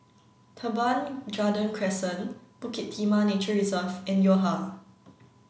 Teban Garden Crescent Bukit Timah Nature Reserve and Yo Ha